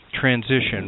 transition